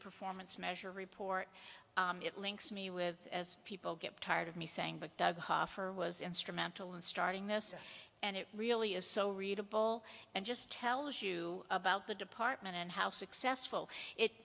performance measure report it links me with people get tired of me saying but doug hoffer was instrumental in starting this and it really is so readable and just tells you about the department and how successful it